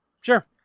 sure